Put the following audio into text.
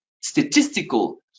statistical